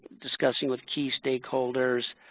discussing with key stakeholders,